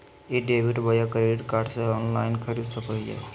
ई debit बोया credit card से online खरीद सको हिए?